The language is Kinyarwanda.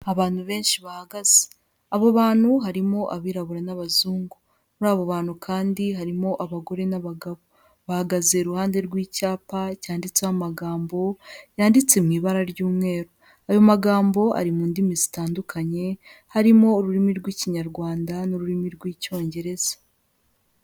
Abantu benshi bahagaze, abo bantu harimo abirabura n'abazungu, muri abo bantu kandi harimo abagore n'abagabo, bahagaze iruhande rw'icyapa cyanditseho amagambo yanditse mu ibara ry'umweru, ayo magambo ari mu ndimi zitandukanye harimo ururimi rw'Ikinyarwanda n'ururimi rw'Icyongereza.